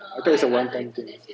I thought it's a one time thing